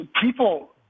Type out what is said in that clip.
People